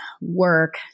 work